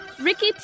Ricky